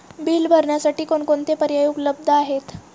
Bill भरण्यासाठी कोणकोणते पर्याय उपलब्ध आहेत?